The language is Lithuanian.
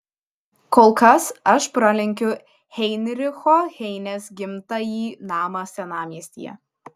kol kas aš pralenkiu heinricho heinės gimtąjį namą senamiestyje